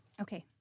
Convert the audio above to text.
Okay